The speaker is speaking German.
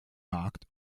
markt